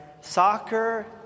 soccer